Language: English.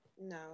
No